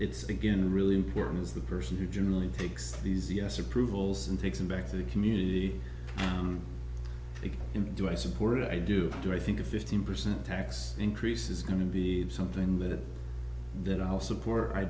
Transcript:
it's again really important is the person who generally takes these yes approvals and takes them back to the community and do i support i do do i think a fifteen percent tax increase is going to be something that that i'll support